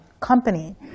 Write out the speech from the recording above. company